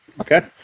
Okay